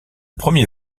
premier